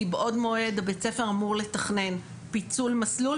מבעוד מועד בבית הספר אמור לתכנן פיצול מסלול,